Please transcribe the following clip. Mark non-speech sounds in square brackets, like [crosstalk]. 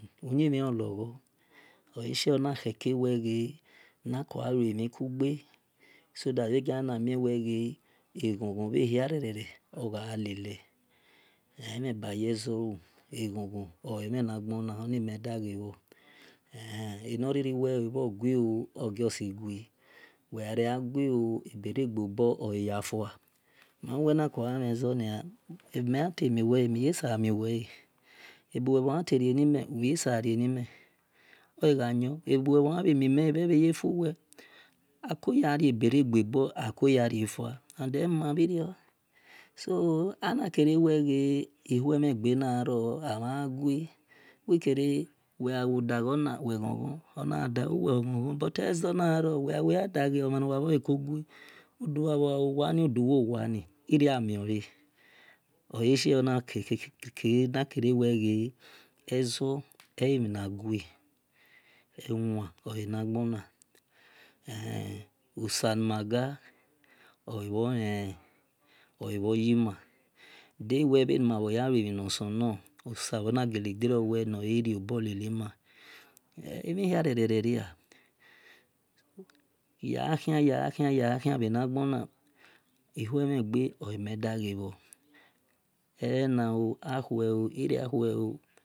Uyimhi ologho oleshie ona khene wel ghe na gha mhi kughe so that bhe giana gha mie gho gho bhe mhi hia ere ogha lele amhan be ye zolu eghon ghon oleemhena gbona enobho riri we obho gui oo oguo si gui wegha regja gui ooo oguosi gui wegha regha ghi oo ebe re gbe bor oya fua mabuwe na ko gha when zo noa ebima yan to mu wel mi yan ye sa miuwele ebuwel bho yan tai rie nimw will yan ye sa rienimem ogha yon ebuwe ya bhe mi mele ebhe yefuwe and ehumabhbi rior so ana kere weghe ahuemhen gbe nagja ro amha gui wil kere wegha wo daghonu we ghon ghon ona ghada ghuwel ogho [unintelligible] [unintelligible] yagha khia yakha khia bhe nagbona ahuemhen gne olime daghe bhor elena oo akhue oo iriakue ooo